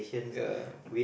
ya